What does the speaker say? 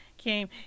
came